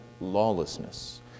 lawlessness